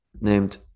named